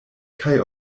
kaj